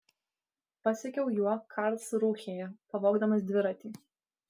pasekiau juo karlsrūhėje pavogdamas dviratį